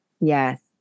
yes